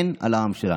אין על העם שלנו.